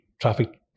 traffic